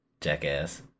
jackass